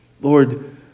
Lord